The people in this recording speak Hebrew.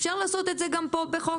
אפשר לעשות את זה גם פה בחוק.